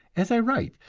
as i write,